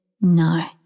no